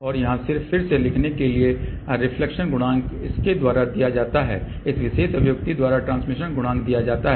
और जहां सिर्फ फिर से लिखने के लिए रिफ्लेक्शन गुणांक इसके द्वारा दिया जाता है इस विशेष अभिव्यक्ति द्वारा ट्रांसमिशन गुणांक दिया जाता है